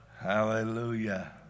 Hallelujah